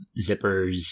zippers